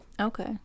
Okay